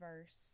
verse